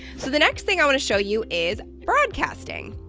so the next thing i want to show you is broadcasting.